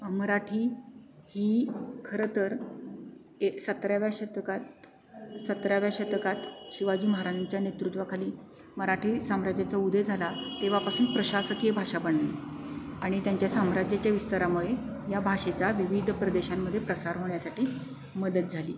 मराठी ही खरं तर ए सतराव्या शतकात सतराव्या शतकात शिवाजी महाराजांच्या नेतृत्वाखाली मराठी साम्राज्याचा उदय झाला तेव्हापासून प्रशासकीय भाषा बनली आणि त्यांच्या साम्राज्याच्या विस्तारामुळे या भाषेचा विविध प्रदेशांमध्ये प्रसार होण्यासाठी मदत झाली